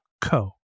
co